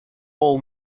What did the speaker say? all